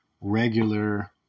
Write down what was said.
regular